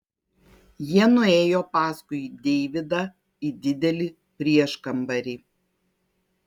jie nuėjo paskui deividą į didelį prieškambarį